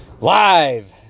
Live